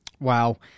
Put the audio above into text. Wow